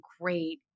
great